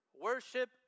Worship